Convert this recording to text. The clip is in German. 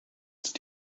ist